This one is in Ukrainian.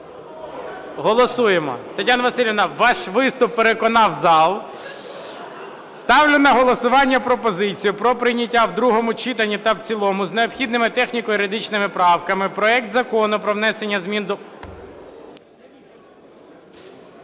Голосуємо. Тетяна Василівна, ваш виступ переконав зал. Ставлю на голосування пропозицію про прийняття в другому читанні та в цілому з необхідними техніко-юридичними правками проект Закону про внесення змін до